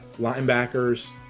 linebackers